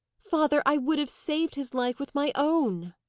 father, i would have saved his life with my own!